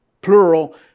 plural